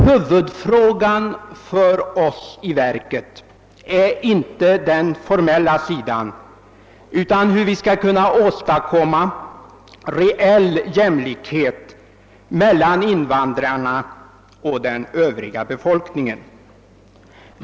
Huvudfrågan för oss i verket är inte den formella sidan utan hur vi skall kunna åstadkomma reell jämlikhet mellan invandrarna och den övriga befolkningen.